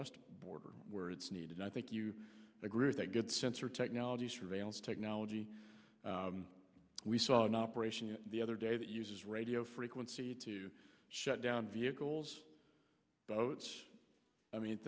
west border where it's needed i think you agree with that good sensor technology surveillance technology we saw in operation the other day that uses radio frequency to shut down vehicles boats i mean